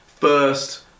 first